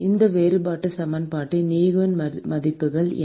இந்த வேறுபட்ட சமன்பாட்டின் ஈஜென் மதிப்புகள் என்ன